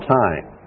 time